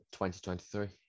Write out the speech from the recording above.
2023